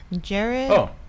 Jared